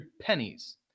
pennies